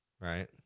Right